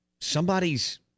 somebody's